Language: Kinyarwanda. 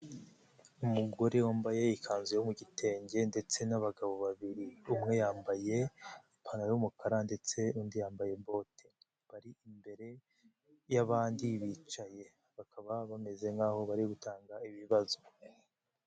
Umugore wambaye ikanzu yo mu gitenge ndetse n'abagabo babiri, umwe yambaye ipantaro y'umukara ndetse undi yambaye bote, bari imbere y'abandi bicaye bakaba bameze nkaho bari gutanga ibibazo.